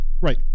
right